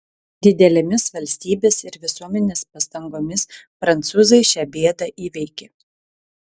didelėmis valstybės ir visuomenės pastangomis prancūzai šią bėdą įveikė